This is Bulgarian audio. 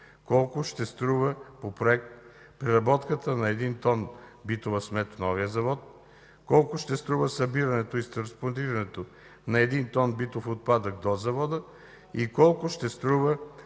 колко ще струва по Проект преработката на един тон битова смет в новия завод? Колко ще струва събирането и транспортирането на един тон битов отпадък до завода? Колко ще струва